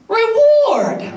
reward